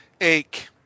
ache